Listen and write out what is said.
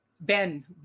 Ben